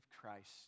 Christ